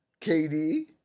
KD